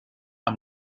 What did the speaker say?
amb